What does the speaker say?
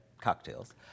cocktails